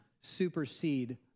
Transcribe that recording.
supersede